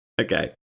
Okay